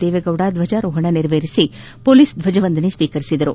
ದೇವೇಗೌಡ ದ್ದಜಾರೋಹಣ ನೆರವೇರಿಸಿ ಪೊಲೀಸ್ ಧ್ವಜಾವಂದನೆ ಸ್ವೀಕರಿಸಿದರು